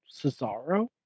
Cesaro